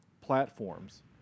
platforms